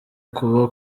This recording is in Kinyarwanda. kuba